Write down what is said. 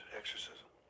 exorcism